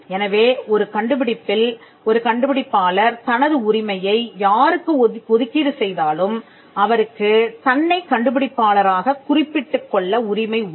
எனவே ஒரு கண்டுபிடிப்பில் ஒரு கண்டுபிடிப்பாளர் தனது உரிமையை யாருக்கு ஒதுக்கீடு செய்தாலும் அவருக்குத் தன்னைக் கண்டுபிடிப்பாளராக குறிப்பிட்டுக் கொள்ள உரிமை உண்டு